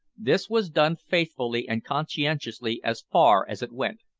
this was done faithfully and conscientiously as far as it went.